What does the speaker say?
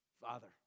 Father